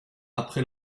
après